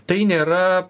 tai nėra